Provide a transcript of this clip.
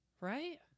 right